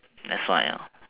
that's why